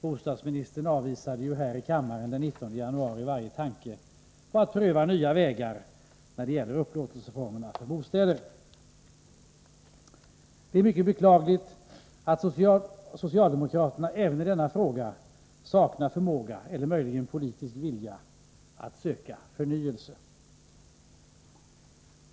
Bostadsministern avisade här i kammaren den 19 januari varje tanke på att pröva nya vägar när det gäller upplåtelseformer för bostäder. Det är mycket beklagligt att socialdemokraterna även i denna fråga saknar förmåga, eller möjligen politisk vilja, att söka förnyelse.